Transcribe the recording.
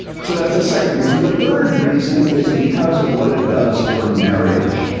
so that's the second reason. the third reason is because of what it does for marriage.